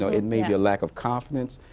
so it may be a lack of confidence.